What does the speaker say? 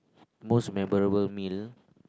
most memorable meal